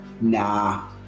Nah